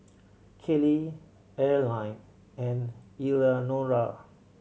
Kellie Arline and Eleanora